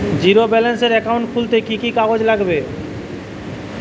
Zero ব্যালেন্সের account খুলতে কি কি কাগজ লাগবে?